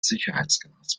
sicherheitsglas